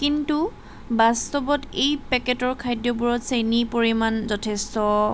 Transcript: কিন্তু বাস্তৱত এই পেকেটৰ খাদ্যবোৰত চেনি পৰিমাণ যথেষ্ট